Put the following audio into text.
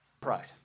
pride